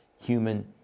human